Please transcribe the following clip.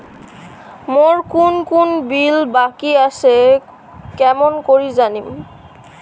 মোর কুন কুন বিল বাকি আসে কেমন করি জানিম?